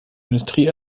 industrie